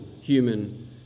human